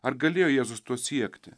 ar galėjo jėzus to siekti